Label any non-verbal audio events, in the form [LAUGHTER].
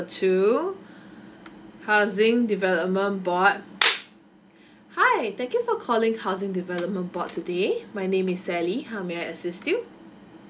two [BREATH] housing development board [NOISE] hi thank you for calling housing development board today my name is sally how may I assist you